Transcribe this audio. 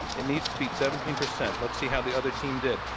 it needs to beat seventeen percent. let's see how the other team did.